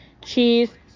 cheese